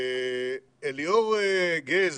אליאור גז,